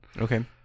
Okay